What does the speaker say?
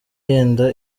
yenda